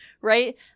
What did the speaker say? right